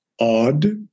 odd